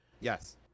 yes